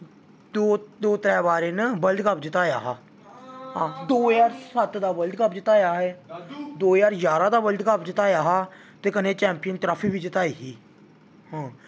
दो त्रै बार इन्न वर्ल्ड जताया हा दो हजार सत्त दा वर्ल्ड कप जताया हा दो ज्हार जारां दा वर्ल्ड कप जताया हा ते जि'नें चैंपियन ट्राफी बी जिताई ही